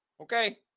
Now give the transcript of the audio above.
Okay